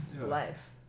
life